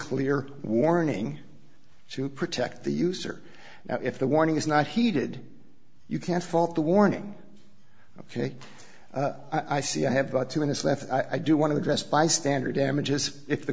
clear warning to protect the use or if the warning is not heeded you can't fault the warning ok i see i have two minutes left i do want to address bystander damages if the